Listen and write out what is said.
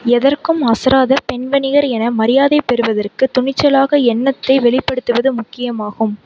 எதற்கும் அசராத பெண் வணிகர் என மரியாதை பெறுவதற்கு துணிச்சலாக எண்ணத்தை வெளிப்படுத்துவது முக்கியம் ஆகும்